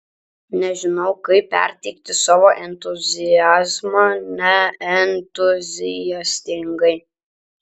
nežinau kaip perteikti savo entuziazmą neentuziastingai